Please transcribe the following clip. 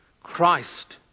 Christ